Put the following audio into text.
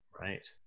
Right